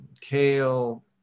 kale